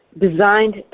designed